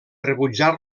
rebutjar